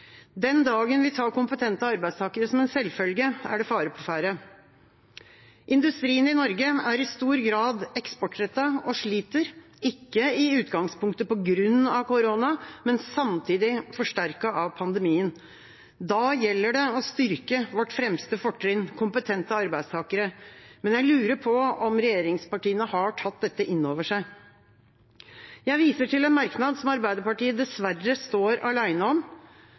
Den dagen vi tar kompetente arbeidstakere som en selvfølge, er det fare på ferde. Industrien i Norge er i stor grad eksportrettet og sliter, ikke i utgangspunktet på grunn av korona, men samtidig forsterket av pandemien. Da gjelder det å styrke vårt fremste fortrinn, kompetente arbeidstakere, men jeg lurer på om regjeringspartiene har tatt dette inn over seg. Jeg viser til en merknad som Arbeiderpartiet dessverre står alene om: